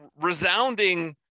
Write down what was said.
resounding